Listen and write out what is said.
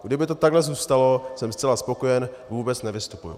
Kdyby to takhle zůstalo, jsem zcela spokojen, vůbec nevystupuji.